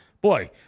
boy